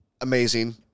amazing